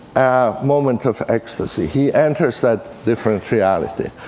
a moment of ecstasy he enters that different reality.